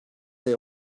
ayı